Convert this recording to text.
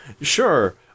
sure